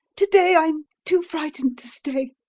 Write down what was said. to-day i am too frightened to stay.